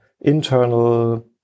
internal